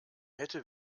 hätte